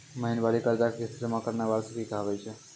महिनबारी कर्जा के किस्त जमा करनाय वार्षिकी कहाबै छै